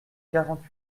quarante